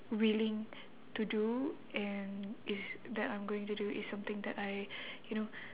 willing to do and is that I'm going to do is something that I you know